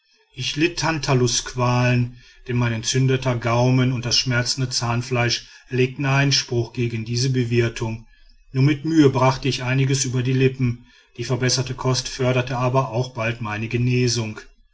ich litt tantalusqualen denn mein entzündeter gaumen und das schmerzende zahnfleisch legten einspruch ein gegen diese bewirtung nur mit mühe brachte ich einiges über die lippen die verbesserte kost förderte aber auch bald meine genesung